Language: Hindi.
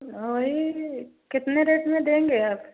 ओये कितने रेट में देंगे आप